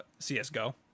CSGO